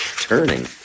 turning